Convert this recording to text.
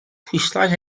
pwyslais